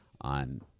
on